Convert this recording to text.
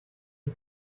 die